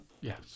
Yes